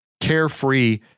carefree